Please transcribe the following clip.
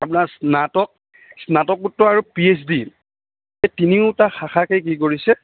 আপোনাৰ স্নাতক স্নাতকোত্তৰ আৰু পি এইচ ডি এই তিনিওটা শাখাকে কি কৰিছে